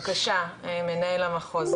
בבקשה, מנהל המחוז.